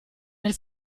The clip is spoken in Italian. nel